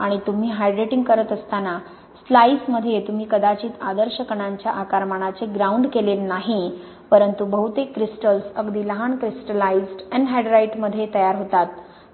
आणि तुम्ही हायड्रेटिंग करत असताना स्लाइसमध्ये तुम्ही कदाचित आदर्श कणांच्या आकारमानाचे ग्राउंड केलेले नाही परंतु बहुतेक क्रिस्टल्स अगदी लहान क्रिस्टलाइज्ड एनहाइड्राइटमध्ये तयार होतात